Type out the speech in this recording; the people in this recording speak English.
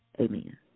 Amen